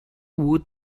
would